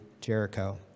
Jericho